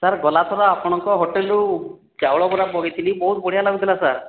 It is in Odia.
ସାର୍ ଗଲାଥର ଆପଣଙ୍କ ହୋଟେଲରୁ ଚାଉଳ ବରା ମଗାଇଥିଲି ବହୁତ ବଢ଼ିଆ ଲାଗୁଥିଲା ସାର୍